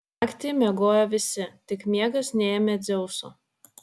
naktį miegojo visi tik miegas neėmė dzeuso